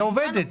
היא עובדת.